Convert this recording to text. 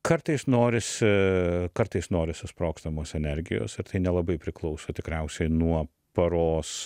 kartais norisi kartais norisi sprogstamos energijos ir tai nelabai priklauso tikriausiai nuo paros